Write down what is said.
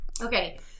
Okay